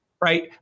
right